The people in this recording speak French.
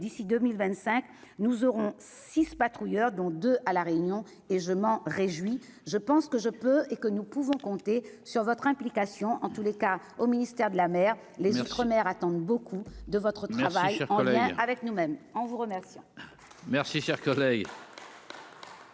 d'ici 2025 nous aurons six patrouilleurs dont 2 à la Réunion et je m'en réjouis, je pense que je peux et que nous pouvons compter sur votre implication en tous les cas au ministère de la mer, les outre-mer attendent beaucoup de votre travail en lien avec nous-mêmes, on vous remercions.